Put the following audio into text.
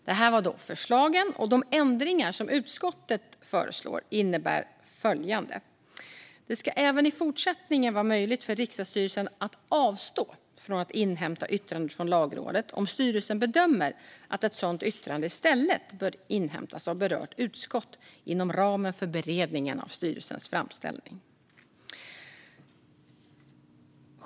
Detta var alltså förslagen, och de ändringar utskottet föreslår innebär följande. Det ska även i fortsättningen vara möjligt för riksdagsstyrelsen att avstå från att inhämta yttrandet från Lagrådet om styrelsen bedömer att ett sådant yttrande i stället bör inhämtas av berört utskott inom ramen för beredningen av styrelsens framställning.